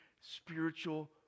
spiritual